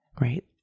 right